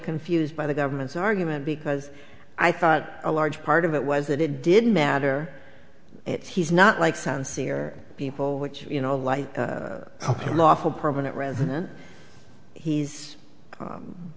confused by the government's argument because i thought a large part of it was that it didn't matter it he's not like sun sea or people which you know like ok lawful permanent resident he's